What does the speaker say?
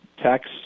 tax